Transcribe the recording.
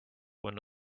when